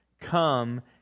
come